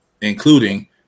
including